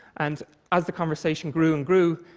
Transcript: and as the conversation grew and grew,